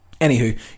Anywho